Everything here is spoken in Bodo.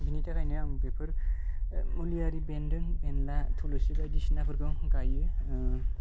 बिनि थाखायनो आं बेफोर मुलियारि बेन्दों बेनला थुलुसि बायदिसिनाफोरखौ गायो